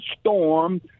storm